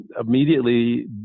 immediately